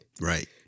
Right